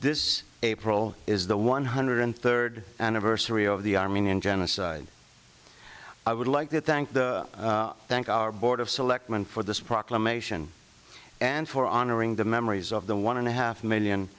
this april is the one hundred third anniversary of the armenian genocide i would like to thank the thank our board of selectmen for this proclamation and for honoring the memories of the one and a half million